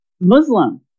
Muslim